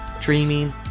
dreaming